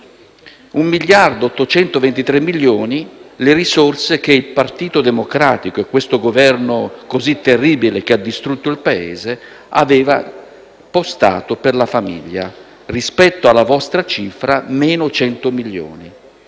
vedere; 1,823 miliardi le risorse che il Partito Democratico e quel Governo così terribile che ha distrutto il Paese aveva postato per la famiglia. Rispetto alla nostra cifra, -100 milioni.